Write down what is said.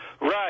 Right